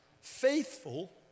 Faithful